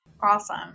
Awesome